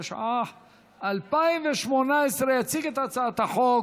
התשע"ח 2018. תציג את הצעת החוק